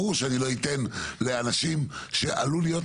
ברור שאני לא אתן לאנשים שעלול להיות